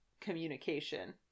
communication